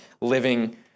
living